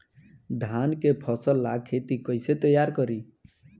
धान के फ़सल ला खेती कइसे तैयार करी?